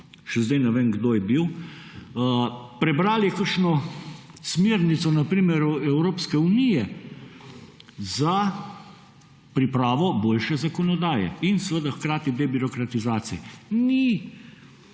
še zdaj ne vem, kdo je bil –, prebrali kakšno smernico, na primer Evropske unije, za pripravo boljše zakonodaje in seveda hkrati debirokratizacije. Ni